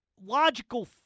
logical